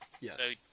Yes